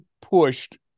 pushed